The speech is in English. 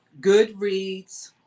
Goodreads